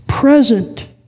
Present